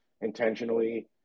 intentionally